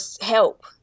help